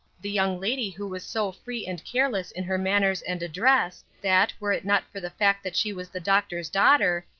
the young lady who was so free and careless in her manners and address, that, were it not for the fact that she was the doctor's daughter,